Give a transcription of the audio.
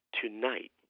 Tonight